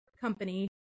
company